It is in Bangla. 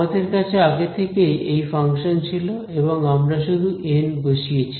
আমাদের কাছে আগে থেকেই এই ফাংশন ছিল এবং আমরা শুধু এন বসিয়েছি